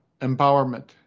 empowerment